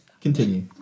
continue